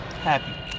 Happy